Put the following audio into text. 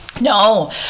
No